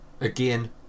again